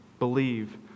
Believe